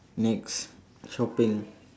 next shopping